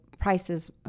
prices